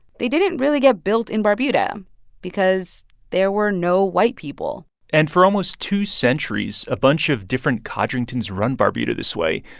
they didn't really get built in barbuda because there were no white people and for almost two centuries, a bunch of different codringtons run barbuda this way.